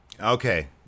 Okay